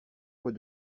fois